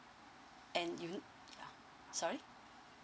and you ya sorry